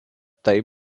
taip